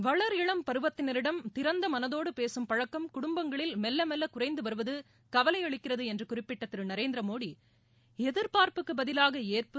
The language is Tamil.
வளர் இளம் பருவத்தினரிடம் திறந்த மனதோடு பேசும் பழக்கம் குடும்பங்களில் மெல்ல மெல்ல குறைந்து வருவது கவலையளிக்கிறது என்று குறிப்பிட்ட திரு நரேந்திர மோடி எதிர்பார்ப்புக்கு பதிலாக ஏற்பு